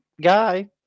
guy